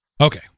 Okay